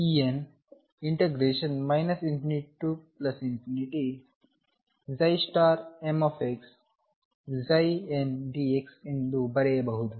ಆದ್ದರಿಂದ ಈ ಸಮೀಕರಣವನ್ನು 22m ∞md2ndx2dx ∞mVxndxEn ∞mxndx ಎಂದು ಬರೆಯಬಹುದು